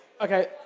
Okay